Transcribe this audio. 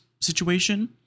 situation